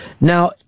Now